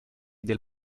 del